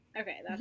Okay